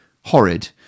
horrid